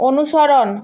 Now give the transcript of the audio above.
অনুসরণ